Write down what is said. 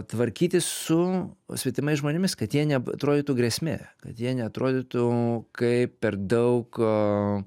tvarkytis su svetimais žmonėmis kad jie neatrodytų grėsmė kad jie neatrodytų kaip per daug